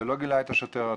ולא גילה את השוטר הטוב.